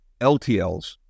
LTLs